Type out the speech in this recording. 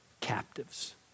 captives